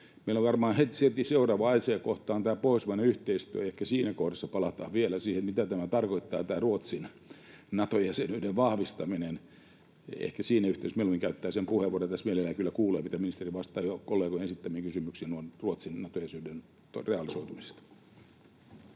Meillä on heti seuraavassa asiakohdassa tämä pohjoismainen yhteistyö, ja ehkä siinä kohdassa palataan siihen, mitä tarkoittaa tämä Ruotsin Nato-jäsenyyden vahvistaminen. Ehkä siinä yhteydessä mieluummin käyttäisin sen puheenvuoron, ja tässä mielelläni kyllä kuulen, mitä ministeri vastaa jo kollegoiden esittämiin kysymyksiin Ruotsin Nato-jäsenyyden realisoitumisesta.